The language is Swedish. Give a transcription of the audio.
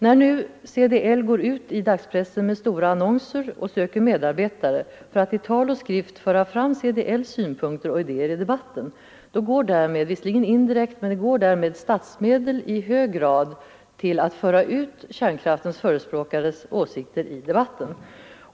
När nu CDL går ut med stora annonser i dagspressen och söker medarbetare för att ”i tal och skrift föra fram CDL:s synpunkter och idéer i debatten” går därmed — visserligen indirekt — statsmedel i hög grad till att föra ut kärnkraftens förespråkares åsikter i debatten.